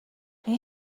این